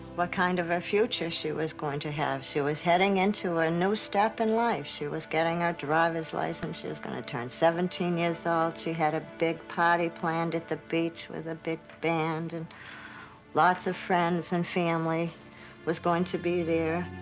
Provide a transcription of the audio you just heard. what kind of a future she was to have. she was heading into a new step in life. she was getting her driver's license. she was going to turn seventeen years old. she had a big party planned at the beach with a big band. and lots of friends and family was going to be there.